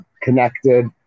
connected